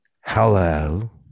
Hello